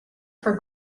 for